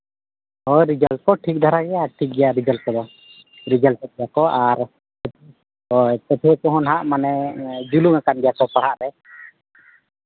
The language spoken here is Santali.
ᱦᱳᱭ ᱨᱮᱡᱟᱞᱴ ᱠᱚ ᱴᱷᱤᱠ ᱫᱷᱟᱨᱟ ᱜᱮᱭᱟ ᱟᱨ ᱴᱷᱤᱠ ᱜᱮᱭᱟ ᱨᱮᱡᱟᱞᱴ ᱠᱚᱫᱚ ᱨᱮᱡᱟᱞᱴ ᱫᱟᱠᱚ ᱟᱨ ᱯᱟᱹᱴᱷᱩᱣᱟᱹ ᱠᱚᱦᱟᱸᱜ ᱢᱟᱱᱮ ᱡᱩᱞᱩᱝ ᱟᱠᱟᱫ ᱜᱮᱭᱟ ᱠᱚ ᱯᱟᱲᱦᱟᱜ ᱨᱮ